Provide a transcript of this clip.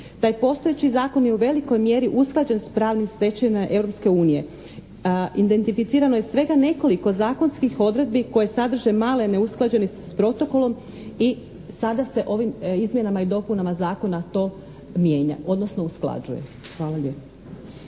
Taj postojeći zakon je u velikoj mjeri usklađen s pravnim stečevinama Europske unije. Identificirano je svega nekoliko zakonskih odredbi koje sadrže male neusklađene s protokolom i sada se ovim izmjenama i dopunama zakona to mijenja odnosno usklađuje. Hvala lijepo.